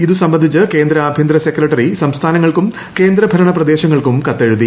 ഇത് സംബന്ധിച്ച് കേന്ദ്ര ആഭ്യന്തര സെക്രട്ടറി സംസ്ഥാനങ്ങൾക്കും കേന്ദ്ര ഭരണ പ്രദേശങ്ങൾക്കും കത്തെഴുതി